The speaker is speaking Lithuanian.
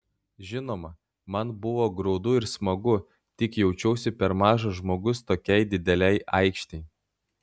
žinoma man buvo graudu ir smagu tik jaučiausi per mažas žmogus tokiai didelei aikštei